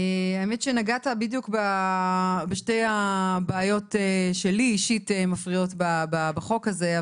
האמת שנגעת בדיוק בשתי הבעיות שלי אישית מפריעות בחוק הזה,